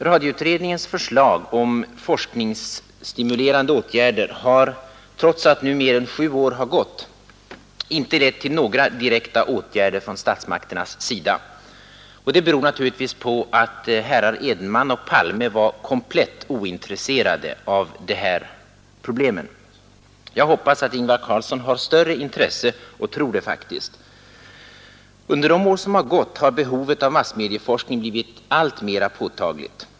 Radioutredningens förslag om forskningsstimulerande åtgärder har — trots att nu mer än sju år gått — inte lett till några direkta åtgärder från statsmakternas sida. Det beror naturligtvis på att herrar Edenman och Palme var komplett ointresserade av de här problemen. Jag hoppas att Ingvar Carlsson har större intresse, och jag tror faktiskt det är så. Under de år som gått har behovet av massmedieforskning blivit alltmer påtagligt.